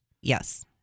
Yes